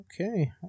Okay